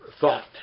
thought